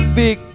big